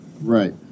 Right